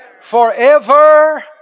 forever